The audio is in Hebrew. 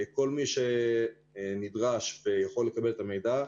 כל גוף מוסדי שנדרש ויכול לקבל את המידע,